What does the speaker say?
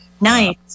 nice